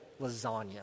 lasagna